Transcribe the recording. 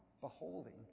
beholding